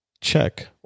check